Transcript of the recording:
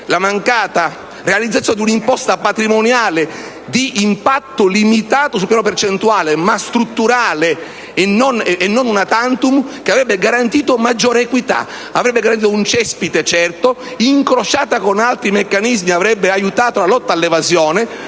la mancata previsione di un'imposta patrimoniale di impatto limitato sul piano percentuale, ma strutturale e non *una tantum*, che avrebbe garantito maggiore equità. Avrebbe garantito un cespite certo e, incrociata con altri meccanismi, avrebbe aiutato la lotta all'evasione